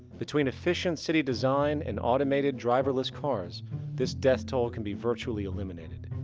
between efficient city design and automated, driverless cars this death toll can be virtually eliminated.